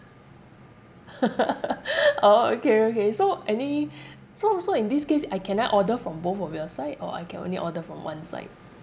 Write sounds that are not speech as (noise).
(laughs) orh okay okay so any so so in this case uh can I order from both of your side or I can only order from one side